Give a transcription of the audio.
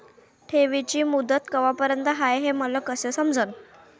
ठेवीची मुदत कवापर्यंत हाय हे मले कस समजन?